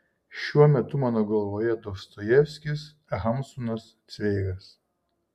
šiuo metu mano galvoje dostojevskis hamsunas cveigas